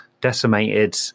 decimated